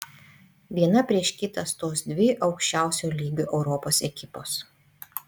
viena prieš kitą stos dvi aukščiausio lygio europos ekipos